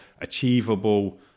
achievable